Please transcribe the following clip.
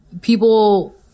people